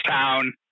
town